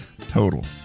Total